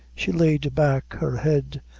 she laid back her head,